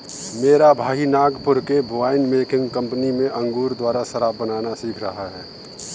मेरा भाई नागपुर के वाइन मेकिंग कंपनी में अंगूर द्वारा शराब बनाना सीख रहा है